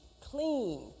clean